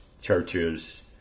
churches